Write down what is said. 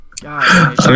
God